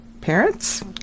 parents